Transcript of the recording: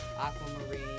Aquamarine